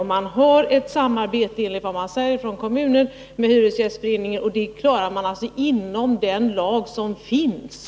Enligt vad man säger från kommunen förekommer samarbete med Hyresgästföreningen, och det klarar man inom ramen för den lag som finns.